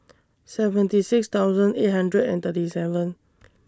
seventy six thousand eight hundred and thirty seven